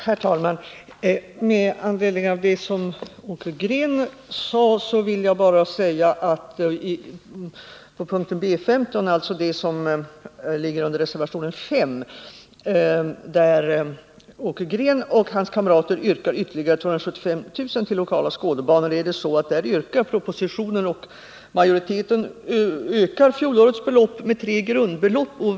Herr talman! Med anledning av det Åke Green sade vill jag bara påpeka att på punkten B 15, dvs. där Åke Green och hans kamrater i reservation 5 yrkar ytterligare 275 000 kr. till regionala skådebanor, ökas i propositionen och utskottsmajoritetens skrivning fjolårets belopp med tre grundbelopp.